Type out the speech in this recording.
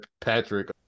Patrick